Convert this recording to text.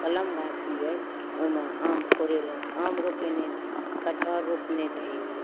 कलमगाछी अइ ओहिमे आम कोड़ेलहुँ आम रोपेने छी कटहर रोपने छी